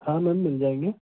हाँ मैम मिल जाएंगे